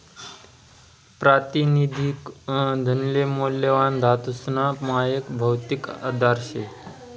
प्रातिनिधिक धनले मौल्यवान धातूसना मायक भौतिक आधार शे